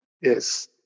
Yes